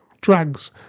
drugs